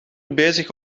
bezig